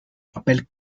papel